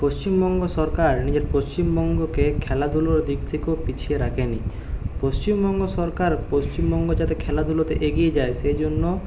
পশ্চিমবঙ্গ সরকার নিজের পশ্চিমবঙ্গ কে খেলাধুলোর দিক থেকেও পিছিয়ে রাখেনি পশ্চিমবঙ্গ সরকার পশ্চিমবঙ্গ যাতে খেলাধুলোতে এগিয়ে যায় সেই জন্য